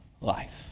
life